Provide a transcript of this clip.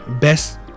Best